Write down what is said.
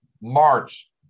March